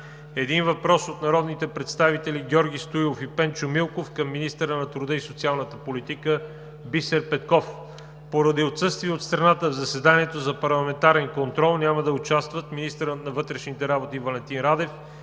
един въпрос от народните представители Георги Стоилов и Пенчо Милков към министъра на труда и социалната политика Бисер Петков. Поради отсъствие от страната в заседанието за парламентарен контрол няма да участват министърът на вътрешните работи Валентин Радев